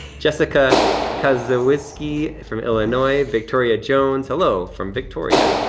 jessica kazuwiski from illinois. victoria jones, hello, from victoria,